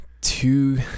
two